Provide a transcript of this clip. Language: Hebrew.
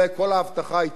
כל האבטחה היתה